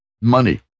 money